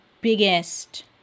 biggest